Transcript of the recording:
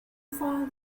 file